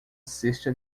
cesta